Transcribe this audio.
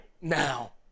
now